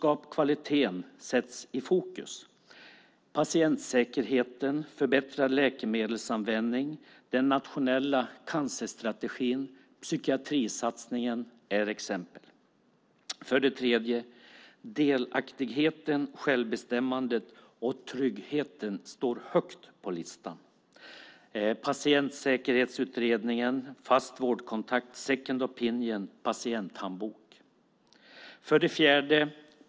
Exempel på detta är patientsäkerheten, förbättrad läkemedelsanvändning, den nationella cancerstrategin och psykiatrisatsningen. 3. Delaktigheten, självbestämmandet och tryggheten står högt på listan. Exempel på detta är Patientsäkerhetsutredningen, fast vårdkontakt, second opinion och patienthandbok. 4.